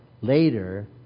Later